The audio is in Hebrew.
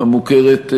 המוכרת,